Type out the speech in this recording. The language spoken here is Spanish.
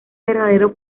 verdadero